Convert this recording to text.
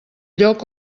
lloc